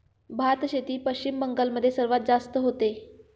भातशेती पश्चिम बंगाल मध्ये सर्वात जास्त होते